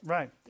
Right